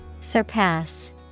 Surpass